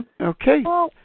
Okay